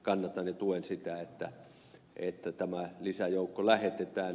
kannatan ja tuen sitä että tämä lisäjoukko lähetetään